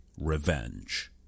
revenge